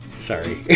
Sorry